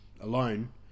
alone